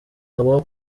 habaho